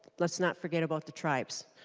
let's not forget about the tribes.